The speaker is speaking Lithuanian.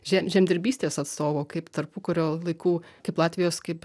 že žemdirbystės atstovo kaip tarpukario laikų kaip latvijos kaip